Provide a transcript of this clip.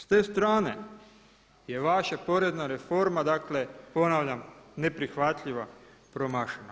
S te strane je vaša porezna reforma dakle ponavljam, neprihvatljiva, promašena.